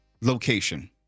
location